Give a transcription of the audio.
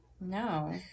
No